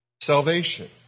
salvation